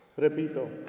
Repito